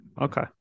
Okay